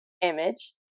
image